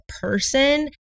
person